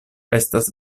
estas